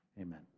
Amen